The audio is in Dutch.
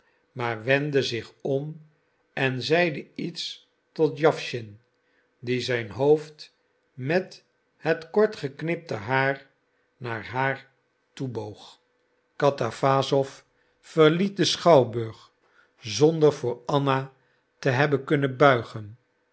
maar wendde zich om en zeide iets tot jawschin die zijn hoofd met het kortgeknipte haar naar haar toe boog katawassow verliet den schouwburg zonder voor anna te hebben kunnen buigen